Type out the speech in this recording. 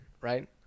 right